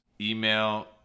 email